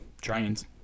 Trains